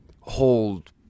hold